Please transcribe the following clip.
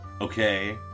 Okay